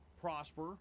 prosper